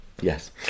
Yes